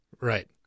Right